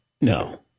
No